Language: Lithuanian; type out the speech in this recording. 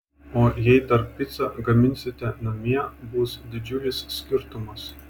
o jei dar picą gaminsite namie bus didžiulis skirtumas